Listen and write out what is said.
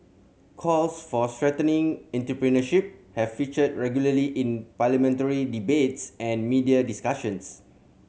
calls for strengthening entrepreneurship have featured regularly in parliamentary debates and media discussions